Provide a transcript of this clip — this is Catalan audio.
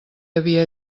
havia